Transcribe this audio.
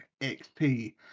XP